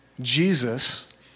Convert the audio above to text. Jesus